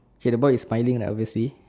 okay the boy is smiling lah obviously